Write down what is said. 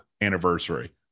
anniversary